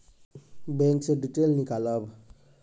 Bank से detail नीकालव?